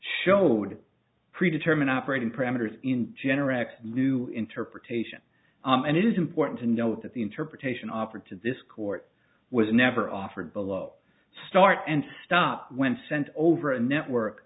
showed pre determined operating parameters in generac new interpretation and it is important to note that the interpretation offered to this court was never offered below start and stop when sent over a network